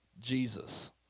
Jesus